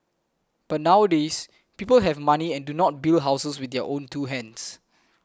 but nowadays people have money and do not build houses with their own two hands